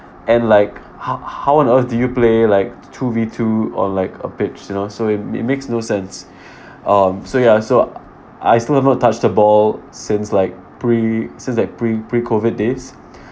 and like how how on earth do you play like two versus two or like a pitch you know so it it makes no sense um so ya so I still have not touched a ball since like pre since like pre pre COVID days